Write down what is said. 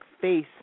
face